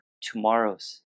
tomorrows